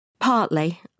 Partly